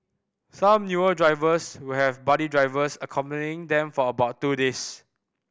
some newer drivers will have buddy drivers accompanying them for about two days